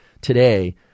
today